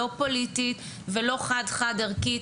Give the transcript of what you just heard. לא פוליטית ולא חד חד ערכית,